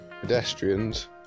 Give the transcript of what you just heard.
pedestrians